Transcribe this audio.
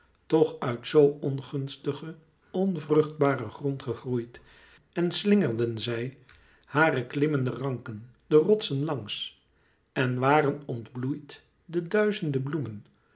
toch uit zoo ongunstigen onvruchtbaren grond gegroeid en slingerden zij hare klimmende ranken de rotsen langs en waren ontbloeid de duizende bloemen